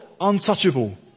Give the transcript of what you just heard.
untouchable